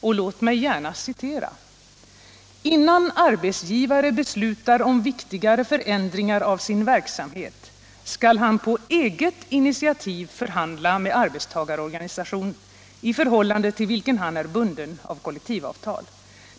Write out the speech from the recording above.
Jag citerar medbestämmandelagen, 115: ”Innan arbetsgivare beslutar om viktigare förändring av sin verksamhet, skall han på eget initiativ förhandla med arbetstagarorganisation i förhållande till vilken han är bunden av kollektivavtal.